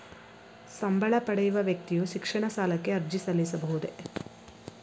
ಸಂಬಳ ಪಡೆಯುವ ವ್ಯಕ್ತಿಯು ಶಿಕ್ಷಣ ಸಾಲಕ್ಕೆ ಅರ್ಜಿ ಸಲ್ಲಿಸಬಹುದೇ?